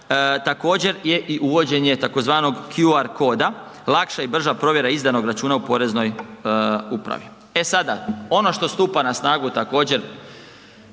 također je i uvođenje tzv. QR koda, lakša i brža provjera izdanog računa u poreznoj upravi. E sada, ono što stupa na snagu također